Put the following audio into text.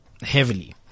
heavily